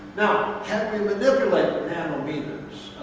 now, can we manipulate nanometers?